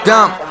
Dumb